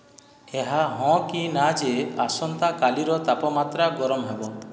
ଏହା ହଁ କି ନା ଯେ ଆସନ୍ତାକାଲିର ତାପମାତ୍ରା ଗରମ ହେବ